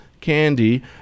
candy